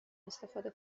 استفاده